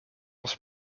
was